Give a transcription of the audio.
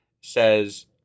says